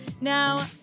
Now